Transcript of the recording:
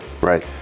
Right